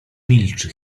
milczy